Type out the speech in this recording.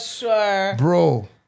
Bro